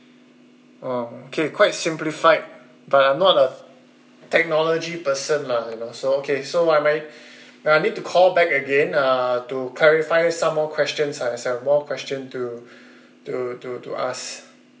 oh okay quite simplified but I'm not a technology person lah you know so okay so I might uh I need to call back again uh to clarify some more questions uh as I have more questions to to to to ask